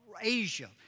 Asia